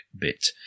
bit